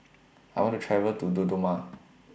I want to travel to Dodoma